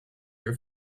your